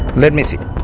let me check